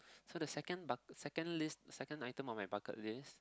so the second bucket second list second item on my bucket list